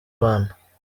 bana